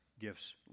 gifts